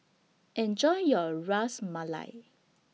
Enjoy your Ras Malai